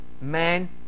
man